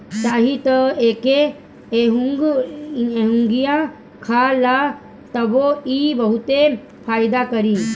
चाही त एके एहुंगईया खा ल तबो इ बहुते फायदा करी